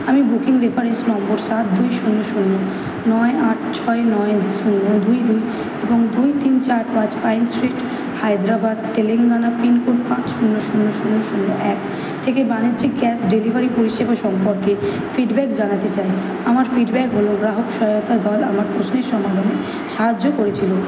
আমি booking reference number সাত দুই শূন্য শূন্য নয় আট ছয় নয় দুই দুই এবং দুই তিন চার পাঁচ pine street Hyderabad Telangana pin code পাঁচ শূন্য শূন্য শূন্য শূন্য এক থেকে বাণিজ্যিক গ্যাস ডেলিভারি পরিষেবা সম্পর্কে ফিডব্যাক জানাতে চাই আমার ফিডব্যাক হলো গ্রাহক সহায়তা দল আমার প্রশ্নের সমাধানে সাহায্য করেছিল